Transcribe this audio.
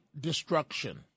destruction